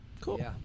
Cool